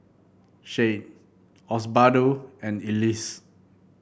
Shad Osbaldo and Elyse